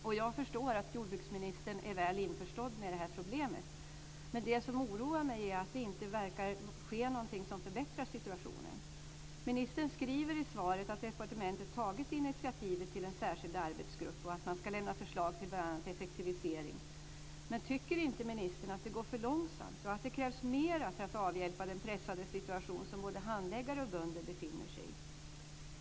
Jag förstår att jordbruksministern är väl införstådd med problemet, men det som oroar mig är att det inte verkar ske något som förbättrar situationen. Ministern skriver i svaret att departementet har tagit initiativ till en särskild arbetsgrupp som ska lämna förslag till bl.a. effektivisering. Men tycker inte ministern att det går för långsamt och att det krävs mer för att avhjälpa den pressade situation som både handläggare och bönder befinner sig i?